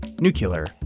nuclear